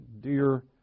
dear